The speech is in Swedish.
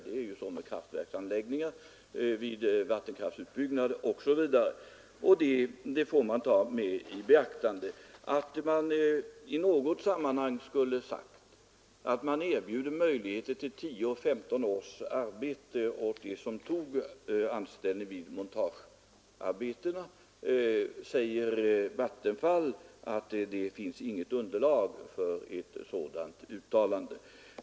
Det är så med kraftverksanläggningar, vattenkraftsutbyggnad osv., och det får man ta i beaktande. Det har påståtts att Vattenfall i något sammanhang skulle ha sagt att man erbjöd möjligheter till 10—15 års arbete åt dem som tog anställning vid montagearbetena, men Vattenfall förklarar att det inte finns något underlag för ett sådant uttalande.